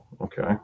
Okay